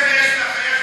כן, יש לנו צעצוע.